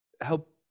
help